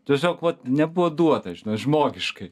tiesiog vat nebuvo duota žinai žmogiškai